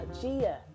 Gia